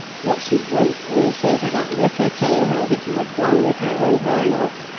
what she wrote when you sent her that letter telling her that you were done with her and her lot,